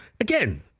again